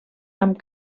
amb